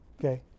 Okay